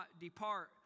depart